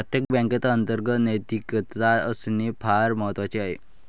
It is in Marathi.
प्रत्येक बँकेत अंतर्गत नैतिकता असणे फार महत्वाचे आहे